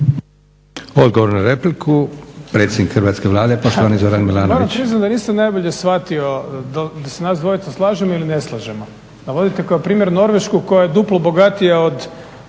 Odgovor na repliku predsjednik hrvatske Vlade poštovani Zoran Milanović.